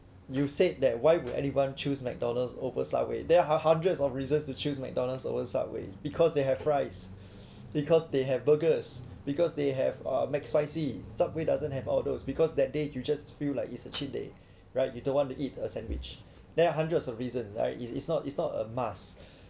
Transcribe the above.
you said that why would anyone choose McDonald's over Subway there are hundreds of reasons to choose McDonald's over Subway because they have rice because they have burgers because they have a McSpicy Subway doesn't have outdoors because that day you just feel like it's a cheat day right you don't want to eat a sandwich there are hundreds of reason like it's it's not it's not a must